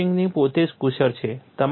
તે મશીનિંગ પોતે જ કુશળ છે